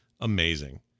amazing